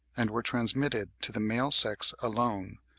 and were transmitted to the male sex alone.